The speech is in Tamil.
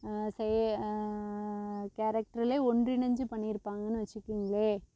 சே கேரக்ட்ருலேயே ஒன்றிணைஞ்சு பண்ணியிருப்பாங்கனு வெச்சுக்கிங்களேன்